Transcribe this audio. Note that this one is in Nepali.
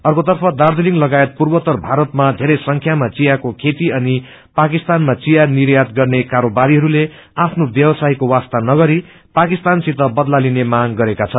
अस्रेतफ राजीलिङ लगायत पूर्वोत भारतमा वेरै संख्यामा चियाको खेती अनि पाकिस्तामामाथिया निर्यात गर्ने कारोबारीहरूले आफ्नो व्यवसायको वास्ता नगरि पाकिस्तानसित बदला लिने मांग गरेका छन्